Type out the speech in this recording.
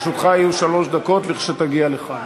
לרשותך יהיו שלוש דקות כשתגיע לכאן.